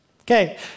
Okay